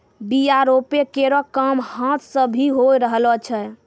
बीया रोपै केरो काम हाथ सें भी होय रहलो छै